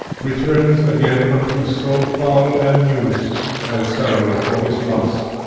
returns again unto so foul an use as salary for his lust.